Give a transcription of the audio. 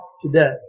today